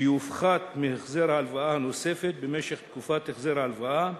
שיופחת מהחזר ההלוואה הנוספת במשך תקופת החזר ההלוואה.